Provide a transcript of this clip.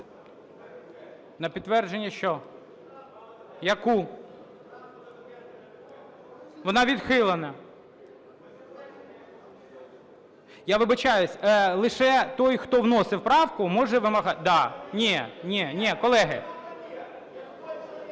На підтвердження що? Яку? Вона відхилена. Я вибачаюсь, лише той, хто вносив правку, може вимагати. (Шум у залі) Ні, колеги,